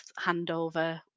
handover